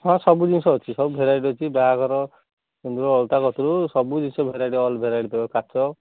ହଁ ସବୁ ଜିନଷ ଅଛି ସବୁ ଭେରାଇଟିର ଅଛି ବାହାଘର ସିନ୍ଦୁର ଅଳତା କତୁରୁ ସବୁ ଜିନଷ ଭେରାଇଟି ଅଲ୍ ଭେରାଇଟିର କାଚ